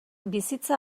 bizitza